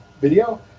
video